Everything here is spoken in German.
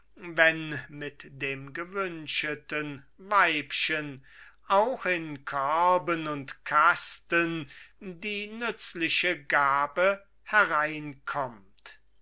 wenn mit dem gewünscheten weibchen auch in körben und kasten die nützliche gabe hereinkommt